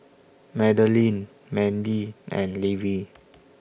Madeline Manley and Levie